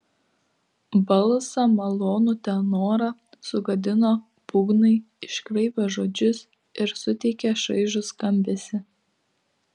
balsą malonų tenorą sugadino būgnai iškraipę žodžius ir suteikę šaižų skambesį